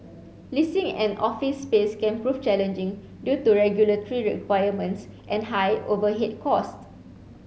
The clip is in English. leasing an office space can prove challenging due to regulatory requirements and high overhead cost